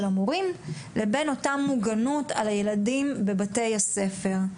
המורים לבין אותה מוגנות על הילדים בבתי הספר.